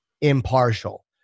impartial